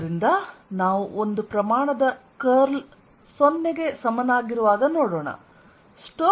ಆದ್ದರಿಂದ ನಾವು ಒಂದು ಪ್ರಮಾಣದ ಕರ್ಲ್ 0 ಗೆ ಸಮನಾಗಿರುವಾಗ ನೋಡೋಣ